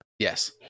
Yes